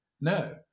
No